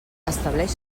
estableix